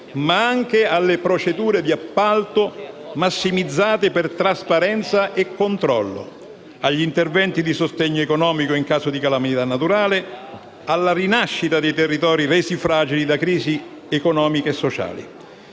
ma anche alle procedure di appalto, massimizzate per trasparenza e controllo, agli interventi di sostegno economico in caso di calamità naturale, alla rinascita di territori resi fragili da crisi economiche e sociali.